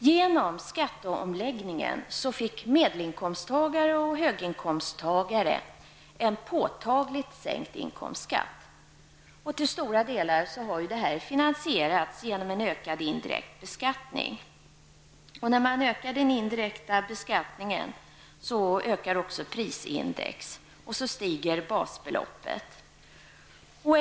Genom skatteomläggningen fick medelinkomsttagare och höginkomsttagare en påtagligt sänkt inkomstskatt. Till stora delar har detta finansierats genom en ökad indirekt beskattning. En ökad indirekt beskattning gör att prisindex ökar och att basbeloppet höjs.